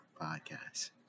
podcast